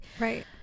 Right